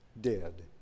dead